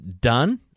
done